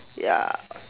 ya